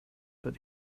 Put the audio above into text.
but